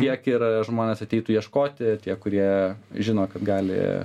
tiek ir žmonės ateitų ieškoti tie kurie žino kad gali